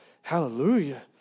hallelujah